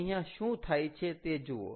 અહીંયા શું થાય છે તે જુઓ